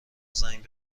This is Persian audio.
زنگ